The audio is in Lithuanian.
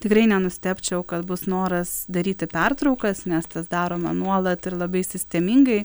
tikrai nenustebčiau kad bus noras daryti pertraukas nes tas daroma nuolat ir labai sistemingai